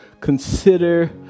consider